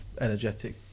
energetic